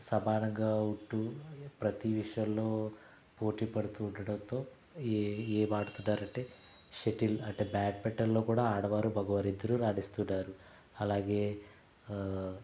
సమానంగా ఉంటూ ప్రతీ విషయంలో పోటీ పడుతూ ఉండడంతో ఏ ఏమడుతున్నారంటే షెటిల్ అంటే బ్యాడ్మింటన్లో కూడా ఆడవాళ్లు మగవాళ్ళు ఇద్దరూ రాణిస్తున్నారు అలాగే